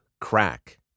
crack